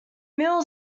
mill